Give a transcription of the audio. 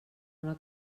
una